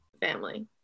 family